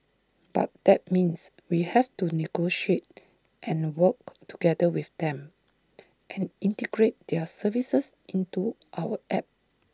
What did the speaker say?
but that means we have to negotiate and work together with them and integrate their services into our app